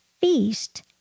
feast